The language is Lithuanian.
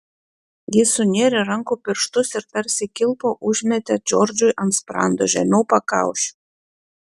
jis sunėrė rankų pirštus ir tarsi kilpą užmetė džordžui ant sprando žemiau pakaušio